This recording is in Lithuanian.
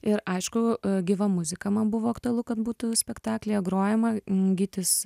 ir aišku gyva muzika man buvo aktualu kad būtų spektaklyje grojama gytis